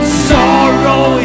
sorrow